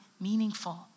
meaningful